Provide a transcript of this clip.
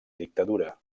dictadura